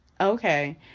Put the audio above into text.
okay